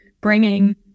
bringing